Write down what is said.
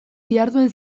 diharduen